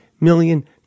million